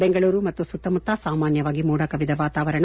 ಬೆಂಗಳೂರು ಮತ್ತು ಸುತ್ತಮುತ್ತ ಸಾಮಾನ್ಯವಾಗಿ ಮೋಡ ಕವಿದ ವಾತಾವರಣ